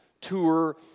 tour